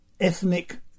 ethnic